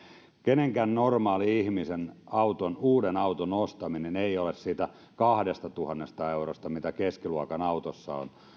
kenenkään normaali ihmisen uuden auton ostaminen ei ole siitä kahdestatuhannesta eurosta kiinni mitä keskiluokan autossa on